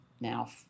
now